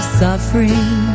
suffering